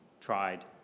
tried